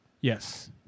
Yes